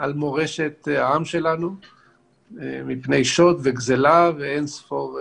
על מורשת העם שלנו מפני שוד וגזלה ואין-ספור איומים.